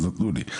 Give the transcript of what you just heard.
אז נתנו לי.